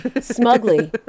smugly